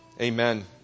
Amen